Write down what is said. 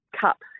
Cup